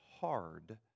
hard